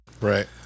Right